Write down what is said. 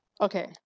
Okay